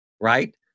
right